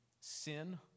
sin